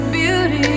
beauty